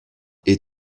est